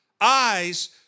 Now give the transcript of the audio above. eyes